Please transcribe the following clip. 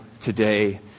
today